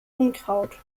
unkraut